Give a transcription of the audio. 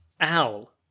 owl